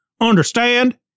Understand